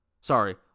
Sorry